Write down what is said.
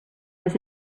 was